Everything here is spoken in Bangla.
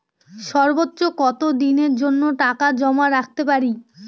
সর্বোচ্চ কত দিনের জন্য টাকা জমা রাখতে পারি?